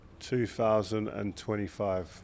2025